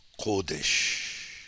Kodesh